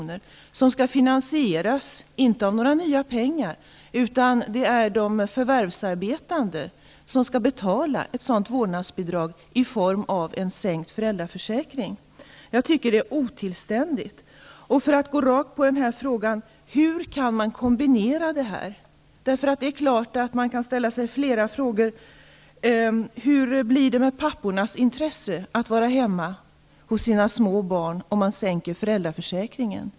som inte skall finansieras genom nya pengar. I stället skall de förvärvsarbetande betala ett sådant vårdnadsbidrag i form av en sänkt ersättning inom föräldraförsäkringen. Jag tycker att det är otillständigt. För att gå rakt på sak frågar jag: Hur kan man kombinera dessa saker? Det är klart att fler frågor kan ställas i detta sammanhang. Hur blir det t.ex. med pappornas intresse för att vara hemma hos sina små barn om ersättningen inom föräldraförsäkringen sänks?